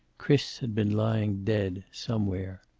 chris had been lying dead somewhere.